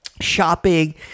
Shopping